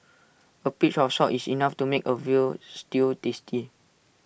A pinch of salt is enough to make A Veal Stew tasty